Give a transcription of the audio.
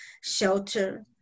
Shelter